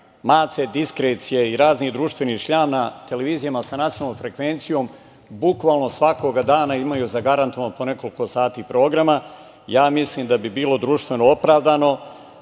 Mace Diskrecije i razni društveni šljam na televizijama sa nacionalnom frekvencijom bukvalno svakog dana imaju zagarantovano po nekoliko sati programa, ja mislim da bi bilo društveno opravdano